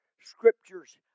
scriptures